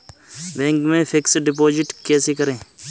Bank में fix deposit कैसे करें?